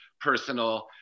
personal